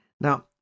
Now